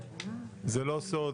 זה לא סוד